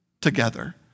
together